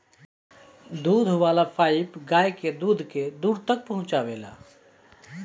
दूध वाला पाइप गाय के दूध के दूर तक पहुचावेला